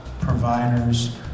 providers